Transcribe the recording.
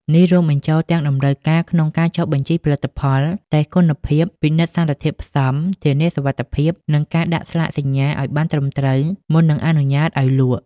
នេះរួមបញ្ចូលទាំងតម្រូវការក្នុងការចុះបញ្ជីផលិតផល តេស្តគុណភាព ពិនិត្យសារធាតុផ្សំ ធានាសុវត្ថិភាព និងការដាក់ស្លាកសញ្ញាឲ្យបានត្រឹមត្រូវ មុននឹងអនុញ្ញាតឲ្យលក់។